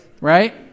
Right